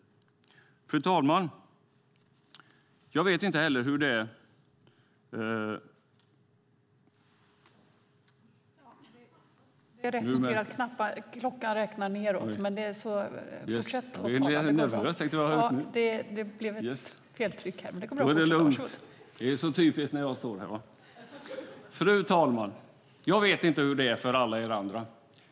Fru talman! Jag vet inte heller hur det är för alla er andra.